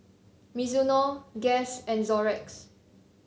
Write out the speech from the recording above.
Mizuno Guess and Xorex